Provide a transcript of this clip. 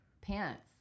pants